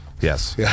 Yes